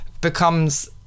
becomes